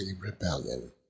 rebellion